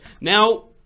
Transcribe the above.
Now